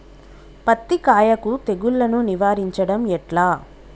పత్తి కాయకు తెగుళ్లను నివారించడం ఎట్లా?